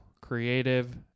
creative